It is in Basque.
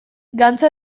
gantza